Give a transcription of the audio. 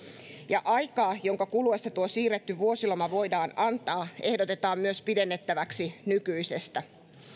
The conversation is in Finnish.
ja aikaa jonka kuluessa tuo siirretty vuosiloma voidaan antaa ehdotetaan myös pidennettäväksi nykyisestä